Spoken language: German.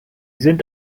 sind